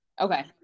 Okay